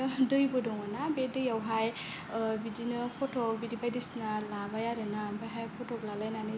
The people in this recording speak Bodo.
दैबो दङना बे दैयावहाय बिदिनो फट' बिदि बायदिसिना लाबाय आरोना ओमफ्रायहाय फट' लालायनानै ज' बिदिनो